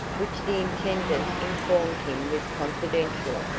which the intendant informed him was confidential,